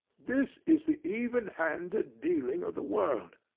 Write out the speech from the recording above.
this is the even-handed dealing of the world!